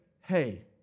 hey